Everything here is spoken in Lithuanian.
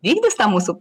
vykdys tą mūsų